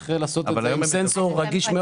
צריך לעשות את זה עם סנסור רגיש מאוד.